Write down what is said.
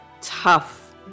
tough